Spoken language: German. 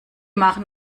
machen